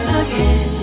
again